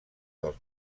dels